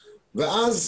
אז,